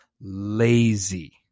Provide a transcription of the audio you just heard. lazy